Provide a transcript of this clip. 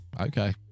Okay